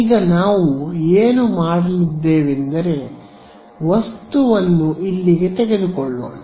ಈಗ ನಾವು ಏನು ಮಾಡಲಿದ್ದೇವೆಂದರೆ ವಸ್ತುವನ್ನು ಇಲ್ಲಿಗೆ ತೆಗೆದುಕೊಳ್ಳೋಣ